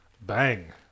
Bang